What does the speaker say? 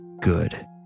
Good